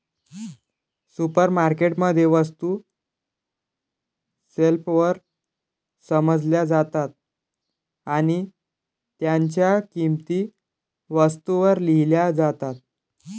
supermarket मध्ये, वस्तू शेल्फवर सजवल्या जातात आणि त्यांच्या किंमती वस्तूंवर लिहिल्या जातात